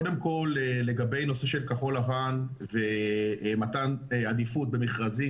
לגבי נושא של כחול לבן ומתן עדיפות במכרזים,